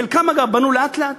חלקם, אגב, בנו לאט-לאט.